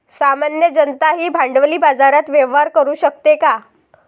सामान्य जनताही भांडवली बाजारात व्यवहार करू शकते का?